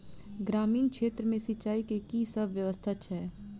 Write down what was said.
ग्रामीण क्षेत्र मे सिंचाई केँ की सब व्यवस्था छै?